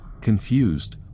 Confused